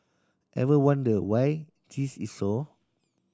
ever wonder why this is so